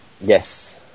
Yes